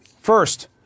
First